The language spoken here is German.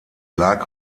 lag